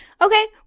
Okay